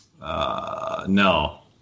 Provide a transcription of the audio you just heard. No